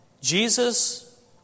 Jesus